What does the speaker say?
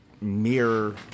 mirror